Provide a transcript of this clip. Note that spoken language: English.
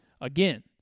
again